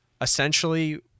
essentially